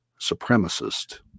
supremacist